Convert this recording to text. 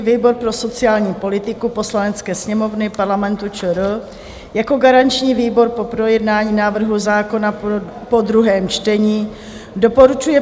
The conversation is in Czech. Výbor pro sociální politiku Poslanecké sněmovny Parlamentu ČR jako garanční výbor po projednání návrhu zákona po druhém čtení doporučuje